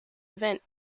event